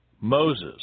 Moses